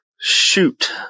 Shoot